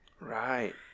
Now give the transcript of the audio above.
Right